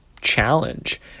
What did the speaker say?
challenge